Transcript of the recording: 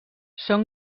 són